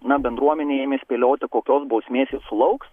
na bendruomenė ėmė spėlioti kokios bausmės jis sulauks